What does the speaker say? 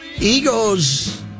egos